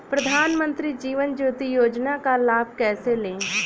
प्रधानमंत्री जीवन ज्योति योजना का लाभ कैसे लें?